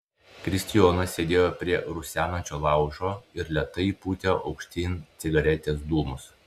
kristijonas sėdėjo prie rusenančio laužo ir lėtai pūtė aukštyn cigaretės dūmus